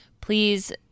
Please